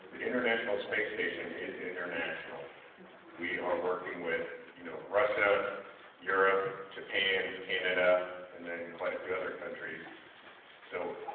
international space station is international we are working with you know russia europe japan canada and then quite a few other countries so